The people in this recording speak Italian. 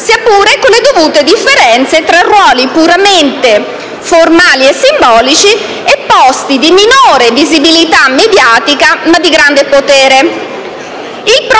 sia pure con le dovute differenze fra ruoli puramente formali e simbolici e posti di minore visibilità mediatica, ma di grande potere.